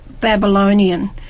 Babylonian